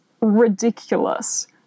ridiculous